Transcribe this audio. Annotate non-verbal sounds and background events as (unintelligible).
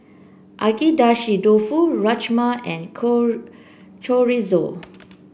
Agedashi Dofu Rajma and (unintelligible) Chorizo